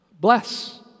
Bless